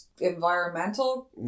environmental